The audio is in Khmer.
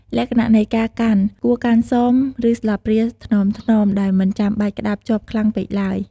លក្ខណៈនៃការកាន់ គួរកាន់សម ឬស្លាបព្រាថ្នមៗ ដោយមិនចាំបាច់ក្ដាប់ជាប់ខ្លាំងពេកឡើយ។